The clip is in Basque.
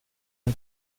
ere